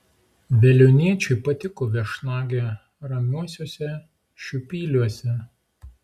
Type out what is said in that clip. veliuoniečiui patiko viešnagė ramiuosiuose šiupyliuose